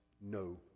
no